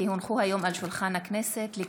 כי הונחו היום על שולחן הכנסת,